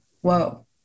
whoa